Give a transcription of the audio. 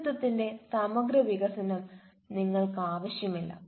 വ്യക്തിത്വത്തിന്റെ സമഗ്ര വികസനം നിങ്ങൾക്കാവശ്യമില്ല